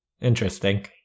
Interesting